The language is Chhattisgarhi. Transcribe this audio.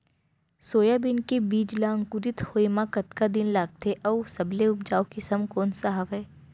सोयाबीन के बीज ला अंकुरित होय म कतका दिन लगथे, अऊ सबले उपजाऊ किसम कोन सा हवये?